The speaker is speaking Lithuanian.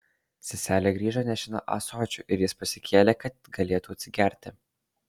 seselė grįžo nešina ąsočiu ir jis pasikėlė kad galėtų atsigerti